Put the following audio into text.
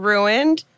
Ruined